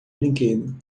brinquedo